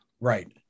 Right